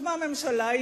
הוקמה ממשלה,